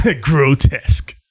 Grotesque